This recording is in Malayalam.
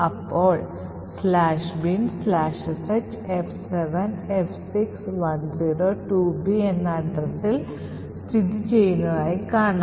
അപ്പോൾ "binsh" F7F6102B എന്ന അഡ്രസ്സിൽ സ്ഥിതി ചെയ്യുന്നതായി കാണാം